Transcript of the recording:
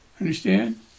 Understand